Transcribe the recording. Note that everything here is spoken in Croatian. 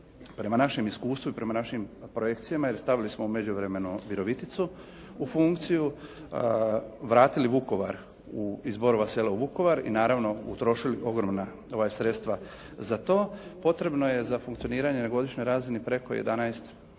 prema našem iskustvu i prema našim projekcijama, jer stavili smo u međuvremenu Viroviticu u funkciju, vratili Vukovar iz Borova Sela u Vukovar i naravno utrošili ogromna sredstva za to. Potrebno je za funkcioniranje na godišnjoj razini preko 11